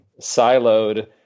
siloed